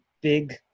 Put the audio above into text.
big